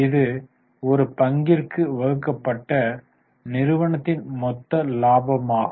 இது ஒரு பங்கிற்கு கிடைக்கும் லாபத்தை அறிய பங்குகளின் எண்ணிக்கையால் வகுக்கப்பட்ட நிறுவனத்தின் மொத்த லாபமாகும்